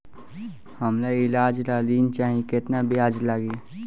हमका ईलाज ला ऋण चाही केतना ब्याज लागी?